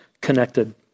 connected